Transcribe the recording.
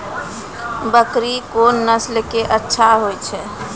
बकरी कोन नस्ल के अच्छा होय छै?